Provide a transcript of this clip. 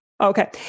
Okay